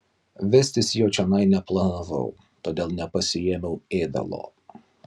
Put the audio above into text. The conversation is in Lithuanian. vestis jo čionai neplanavau todėl nepasiėmiau ėdalo